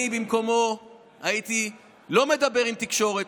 אני במקומו לא הייתי מדבר עם תקשורת,